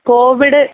Covid